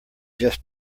just